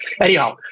Anyhow